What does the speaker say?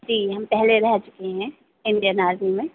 जी हम पहले रह चुके हैं इंडियन आर्मी में